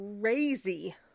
crazy